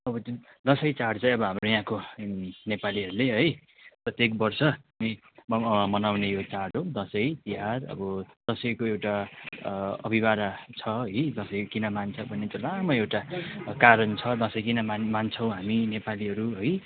अब जुन दसैँ चाड चाहिँ अब हाम्रो यहाँको नेपालीहरूले है प्रत्येक वर्ष मनाउने यो चाड हो दसैँ तिहार अब दसैँको एउटा अभिभारा छ है दसैँ किन मान्छ भन्ने त्यो लामो एउटा कारण छ दसैँ किन मान् मान्छौँ हामी नेपालीहरू है